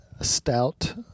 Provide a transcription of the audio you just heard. stout